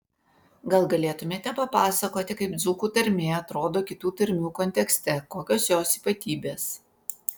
gal galėtumėte papasakoti kaip dzūkų tarmė atrodo kitų tarmių kontekste kokios jos ypatybės